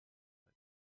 leid